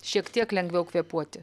šiek tiek lengviau kvėpuoti